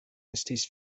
estis